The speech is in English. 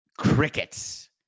Crickets